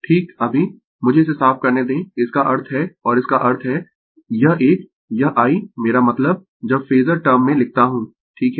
ठीक अभी मुझे इसे साफ करने दें इसका अर्थ है और इसका अर्थ है यह एक यह i मेरा मतलब जब फेजर टर्म में लिखता हूं ठीक है